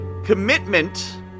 Commitment